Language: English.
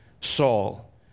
Saul